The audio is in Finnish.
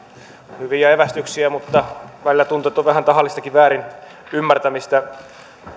hyviä evästyksiä mutta välillä tuntuu että on vähän tahallistakin väärinymmärtämistä